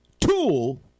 tool